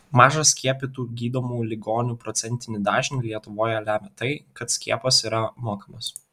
mažą skiepytų gydomų ligonių procentinį dažnį lietuvoje lemia tai kad skiepas yra mokamas